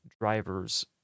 drivers